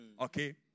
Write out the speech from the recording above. Okay